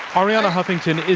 arianna huffington, if